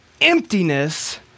emptiness